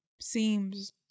seems